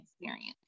experience